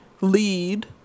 lead